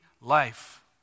life